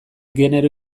genero